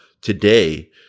today